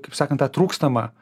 kaip sakant tą trūkstamą